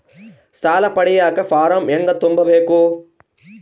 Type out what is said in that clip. ಸಾಲ ಪಡಿಯಕ ಫಾರಂ ಹೆಂಗ ತುಂಬಬೇಕು?